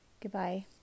Goodbye